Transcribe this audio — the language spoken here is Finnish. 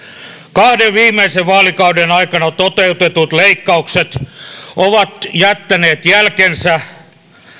kahden viimeisen vaalikauden aikana toteutetut leikkaukset ovat jättäneet jälkensä